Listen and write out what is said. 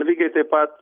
lygiai taip pat